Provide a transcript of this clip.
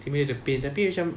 simulate the pain tapi macam